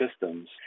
systems